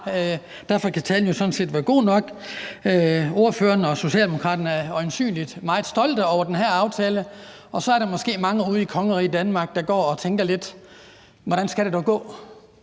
Derfor kan talen jo sådan set være god nok. Ordføreren og Socialdemokraterne er øjensynlig meget stolte over den her aftale, men der er måske mange ude i kongeriget Danmark, der går og tænker lidt på, hvordan det dog